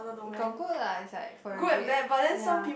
got good lah it's like for a grade